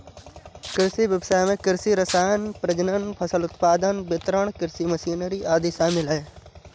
कृषि व्ययसाय में कृषि रसायन, प्रजनन, फसल उत्पादन, वितरण, कृषि मशीनरी आदि शामिल है